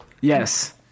Yes